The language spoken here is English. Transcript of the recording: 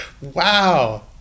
wow